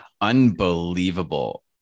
unbelievable